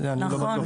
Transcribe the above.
אני לא בטוח.